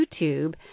YouTube